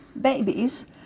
babies